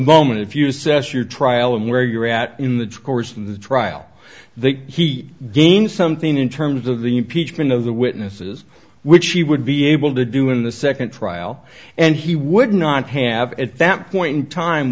moment if you set your trial and where you're at in the course of the trial that he gained something in terms of the impeachment of the witnesses which he would be able to do in the second trial and he would not have at that point in time